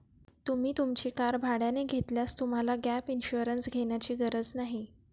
तुम्ही तुमची कार भाड्याने घेतल्यास तुम्हाला गॅप इन्शुरन्स घेण्याची गरज नाही